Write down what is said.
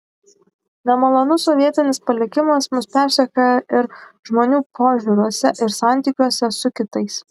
nemalonus sovietinis palikimas mus persekioja ir žmonių požiūriuose ir santykiuose su kitais